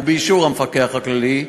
באישור המפקח הכללי,